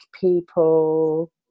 people